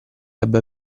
abbia